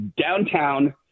downtown